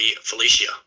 Felicia